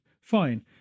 Fine